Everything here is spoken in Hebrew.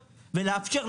ולאפשר,